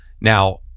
Now